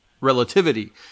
relativity